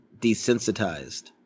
desensitized